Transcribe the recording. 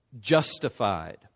Justified